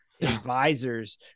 advisors